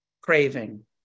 craving